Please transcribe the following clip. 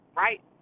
right